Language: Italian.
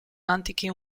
antichi